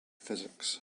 physics